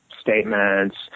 statements